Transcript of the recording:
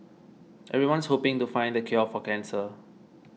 everyone's hoping to find the cure for cancer